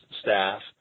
staff